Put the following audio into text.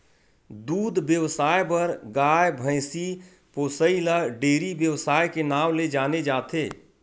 दूद बेवसाय बर गाय, भइसी पोसइ ल डेयरी बेवसाय के नांव ले जाने जाथे